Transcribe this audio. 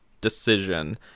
decision